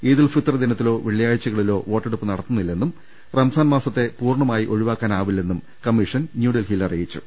ഈദുൽഫിത്വർ ദിനത്തിലോ വെള്ളിയാഴ്ചക ളിലോ വോട്ടെടുപ്പ് നടത്തുന്നില്ലെന്നും റംസാൻ മാസത്തെ പൂർണ മായി ഒഴിവാക്കാനാവില്ലെന്നും കമ്മീഷൻ ന്യൂഡൽഹിയിൽ അറി യിച്ചു